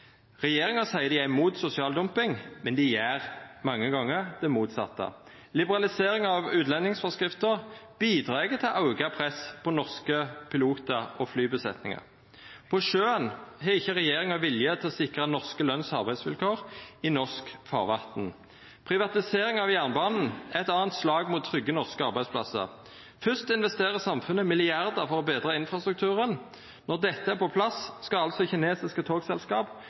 Regjeringa seier dei er mot sosial dumping, men gjer mange gonger det motsette. Liberaliseringa av utlendingsforskrifta bidreg til auka press på norske pilotar og flybesetningar. På sjøen har ikkje regjeringa vilje til å sikra norske løns- og arbeidsvilkår i norsk farvatn. Privatiseringa av jernbanen er eit anna slag mot trygge norske arbeidsplassar. Fyrst investerer samfunnet milliardar for å betra infrastrukturen. Når dette er på plass, skal altså kinesiske togselskap